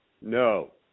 No